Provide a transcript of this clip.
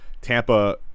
Tampa